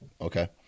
okay